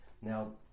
Now